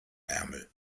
ärmel